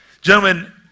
Gentlemen